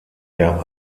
der